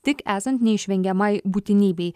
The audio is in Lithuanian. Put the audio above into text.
tik esant neišvengiamai būtinybei